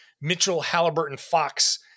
Mitchell-Halliburton-Fox